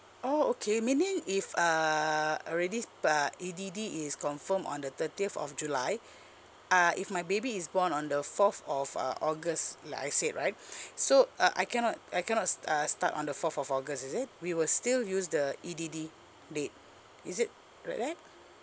oh okay meaning if uh already uh E_D_D is confirmed on the thirtieth of july uh if my baby is born on the fourth of uh august like I said right so uh I cannot I cannot uh start on the fourth of august is it we will still use the E_D_D date is it like that